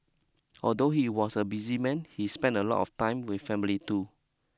although he was a busy man he spent a lot of time with family too